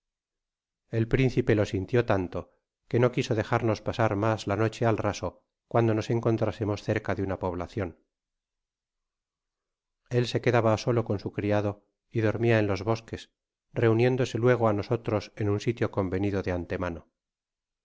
el principe lo sintio tanto que w quiso dejarnos pasar mas la noche al raso cuando no encontrásemos cerca de una poblacion el se quedaba sola con su criado y dormia en los bosques reuniéndose luego a nosotros en un sitio convenida de antemano